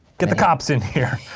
get the cops in here.